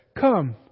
come